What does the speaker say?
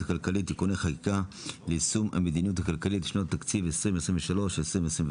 הכלכלית (תיקוני חקיקה ליישום המדיניות הכלכלית לשנות התקציב 2023 ו-2024),